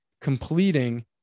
completing